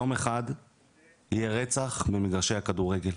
יום אחד יהיה רצח במגרשי הכדורגל,